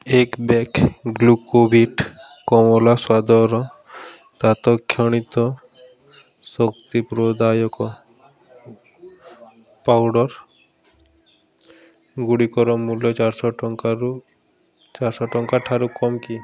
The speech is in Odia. ଏକ ବ୍ୟାଗ୍ ଗ୍ଲୁକୋଭିଟ କମଳା ସ୍ୱାଦର ତତ୍କ୍ଷଣିକ ଶକ୍ତି ପ୍ରଦାୟକ ପାଉଡ଼ର୍ ଗୁଡ଼ିକର ମୂଲ୍ୟ ଚାରିଶହ ଟଙ୍କାରୁ ଚାରିଶହ ଟଙ୍କା ଠାରୁ କମ୍ କି